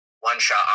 One-Shot